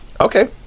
Okay